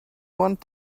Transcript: want